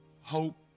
Hope